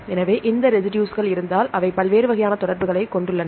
எனவே இந்த ரெசிடுஸ்கள் இருந்தால் அவை பல்வேறு வகையான தொடர்புகளை கொண்டுள்ளன